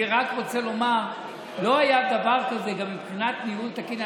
אני רק רוצה לומר שלא היה דבר כזה גם מבחינת ניהול תקין.